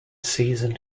season